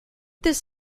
this